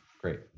great